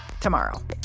tomorrow